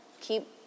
keep